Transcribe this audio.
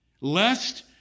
lest